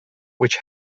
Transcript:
which